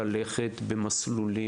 ציבור.